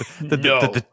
No